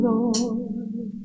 Lord